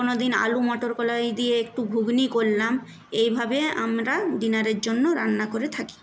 কোনো দিন আলু মটর কলাই দিয়ে একটু ঘুগনি করলাম এইভাবে আমরা ডিনারের জন্য রান্না করে থাকি